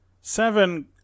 Seven